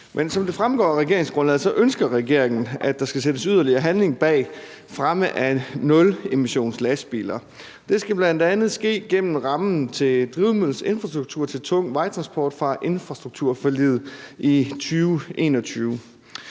Men som det fremgår af regeringsgrundlaget, ønsker regeringen, at der skal sættes yderligere handling bag fremme af nulemissionslastbiler. Det skal bl.a. ske gennem rammen til drivmiddelinfrastruktur til tung vejtransport fra infrastrukturforliget i 2021.